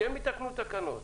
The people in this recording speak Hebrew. שהם יתקנו תקנות.